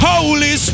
Holy